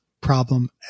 problem